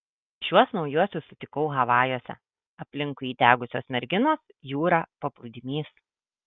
šiuos naujuosius sutikau havajuose aplinkui įdegusios merginos jūra paplūdimys